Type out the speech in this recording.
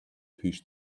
pushed